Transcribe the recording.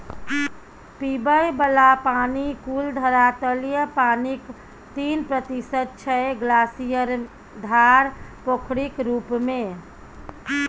पीबय बला पानि कुल धरातलीय पानिक तीन प्रतिशत छै ग्लासियर, धार, पोखरिक रुप मे